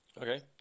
Okay